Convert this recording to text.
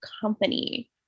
company